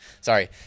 sorry